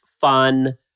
fun